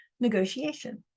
negotiation